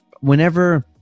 Whenever